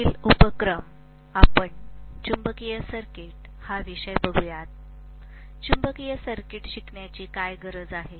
पुढील उपक्रम आपण चुंबकीय सर्किट हा विषय बघुयात चुंबकीय सर्किट शिकण्याची काय गरज आहे